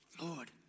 Lord